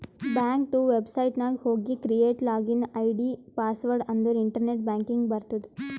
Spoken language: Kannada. ಬ್ಯಾಂಕದು ವೆಬ್ಸೈಟ್ ನಾಗ್ ಹೋಗಿ ಕ್ರಿಯೇಟ್ ಲಾಗಿನ್ ಐ.ಡಿ, ಪಾಸ್ವರ್ಡ್ ಅಂದುರ್ ಇಂಟರ್ನೆಟ್ ಬ್ಯಾಂಕಿಂಗ್ ಬರ್ತುದ್